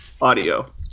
Audio